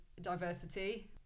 diversity